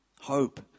Hope